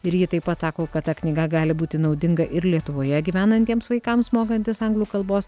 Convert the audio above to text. ir ji taip pat sako kad ta knyga gali būti naudinga ir lietuvoje gyvenantiems vaikams mokantis anglų kalbos